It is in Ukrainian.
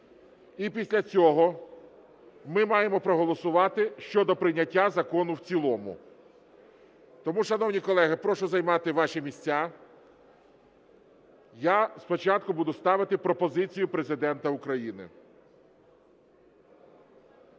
І після цього ми маємо проголосувати щодо прийняття закону в цілому. Тому, шановні колеги, прошу займати ваші місця. Я спочатку буду ставити пропозицію Президента України.